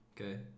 Okay